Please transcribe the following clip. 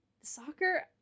Soccer